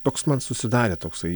toks man susidarė toksai